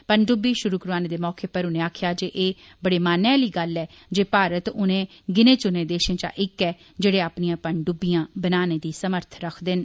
पंनडुब्बी शुरु करवाने दे मौके पर उनें आक्खेआ जे एह् बड़े मानै आली गल्ल ऐ जे भारत उनें गिनें चुनें देशें च इक्क ऐ जेहड़े अपनियां पंनडुब्बियां बनाने दी समर्थ रक्खदे न